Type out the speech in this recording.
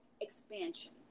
expansion